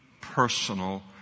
personal